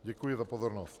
Děkuji za pozornost.